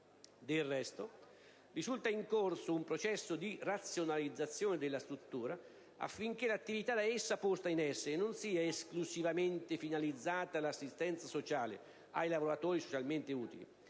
Del resto, risulta in corso un processo di razionalizzazione della struttura affinché l'attività da essa posta in essere non sia esclusivamente finalizzata all'assistenza sociale ai lavoratori socialmente utili,